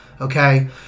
Okay